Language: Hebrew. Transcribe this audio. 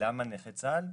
למה נכי צה"ל?